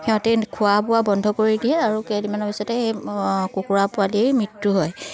সিহঁতে খোৱা বোৱা বন্ধ কৰি দিয়ে আৰু কেইদিনমানৰ পিছতে এই কুকুৰা পোৱালিৰ মৃত্যু হয়